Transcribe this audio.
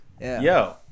Yo